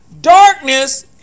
darkness